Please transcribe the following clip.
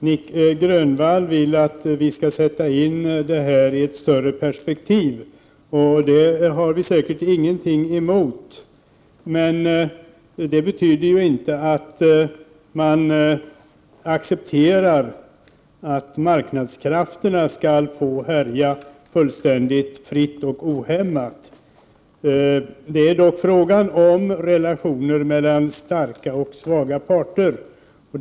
Herr talman! Nic Grönvall vill att vi skall sätta in detta i ett större perspektiv. Det har vi säkert ingenting emot. Men det betyder inte att man accepterar att marknadskrafterna skall få härja fullständigt fritt och ohämmat. Det är dock fråga om relationer mellan starka och svaga parter.